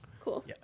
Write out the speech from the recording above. Cool